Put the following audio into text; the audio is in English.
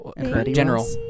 General